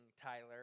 Tyler